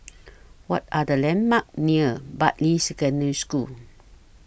What Are The landmarks near Bartley Secondary School